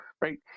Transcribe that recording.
right